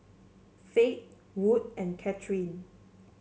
Fate Wood and Katherine